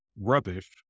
rubbish